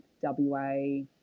WA